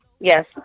Yes